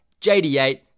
JD8